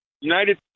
United